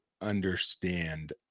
understand